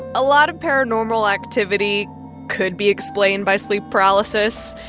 a lot of paranormal activity could be explained by sleep paralysis.